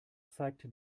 zeigte